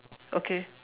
okay